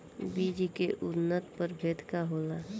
बीज के उन्नत प्रभेद का होला?